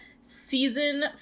Season